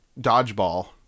Dodgeball